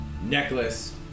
necklace